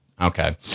Okay